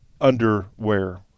underwear